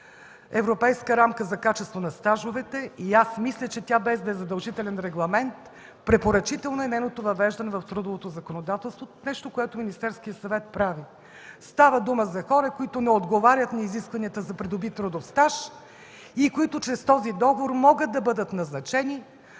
Европейска рамка за качество на стажовете. Мисля, че без да е задължителен регламент, нейното въвеждане в трудовото законодателство е препоръчително – нещо, което Министерският съвет прави. Става дума за хора, които не отговарят на изискванията за придобит трудов стаж и които чрез този договор могат да бъдат назначени,